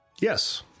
Yes